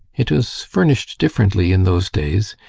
it was furnished differently in those days.